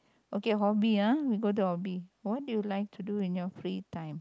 okay hobby ah we go to hobby what do you like to do in your free time